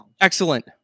Excellent